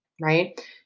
right